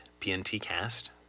PNTCast